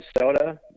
Minnesota